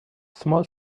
small